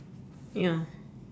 ya